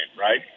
right